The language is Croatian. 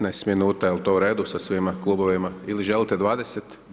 15 minuta, jel to u redu, sa svima klubovima ili želite 20?